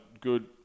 good